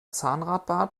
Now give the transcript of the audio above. zahnradbahn